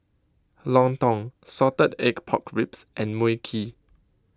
Lontong Salted Egg Pork Ribs and Mui Kee